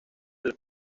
del